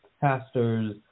pastors